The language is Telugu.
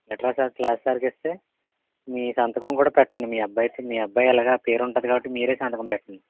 లెటర్ రాసి వాళ్ళ క్లాస్ సార్కిస్తే మీ సంతకం కూడా పెట్టండి మీ అబ్బాయి మీ అబ్బాయి ఎలాగ పేరుంటుంది కాబట్టి మీరే సంతకం పెట్టండి